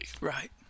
right